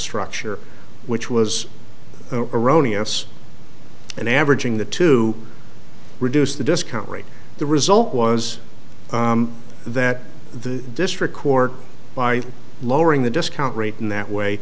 structure which was erroneous and averaging the to reduce the discount rate the result was that the district court by lowering the discount rate in that way